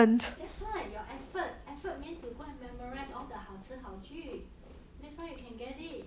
guess what your effort effort means you go and memorise all the 好词好句 that's why you can get it